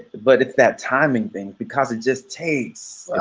but it's that timing thing, because it just takes,